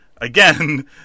again